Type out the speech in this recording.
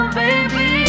baby